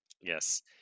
Yes